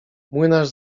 młynarz